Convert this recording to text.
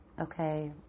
okay